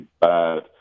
bad